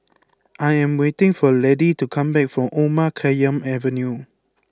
I am waiting for Laddie to come back from Omar Khayyam Avenue